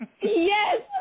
yes